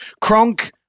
Kronk